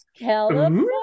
California